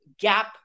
gap